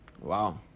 Wow